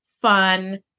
fun